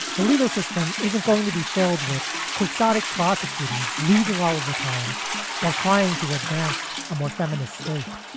the legal system isn't going to be filled with quixotic prosecutors losing all of the time while trying to advance a more feminist state.